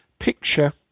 picture